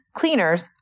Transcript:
cleaners